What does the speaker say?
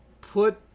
put